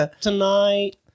tonight